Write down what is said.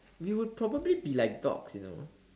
we will probably be like dogs you know